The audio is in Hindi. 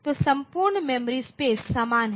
तो संपूर्ण मेमोरी स्पेस समान है